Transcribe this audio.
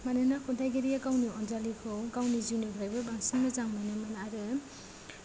मानोना खन्थाइगिरिआ गावनि अनजालिखौ गावनि जिउनिफ्रायबो बांसिन मोजां मोनोमोन आरो